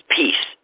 peace